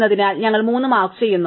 എന്നതിനാൽ ഞങ്ങൾ 3 മാർക്ക് ചെയ്യുന്നു